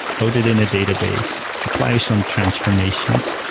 load it in a database, apply some transformations,